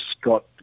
got